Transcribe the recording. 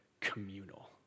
communal